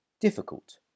difficult